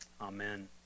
Amen